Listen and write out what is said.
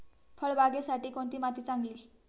फळबागेसाठी कोणती माती चांगली?